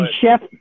Chef